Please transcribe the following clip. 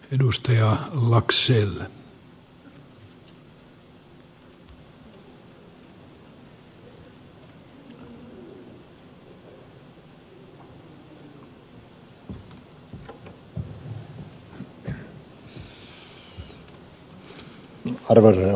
arvoisa herra puhemies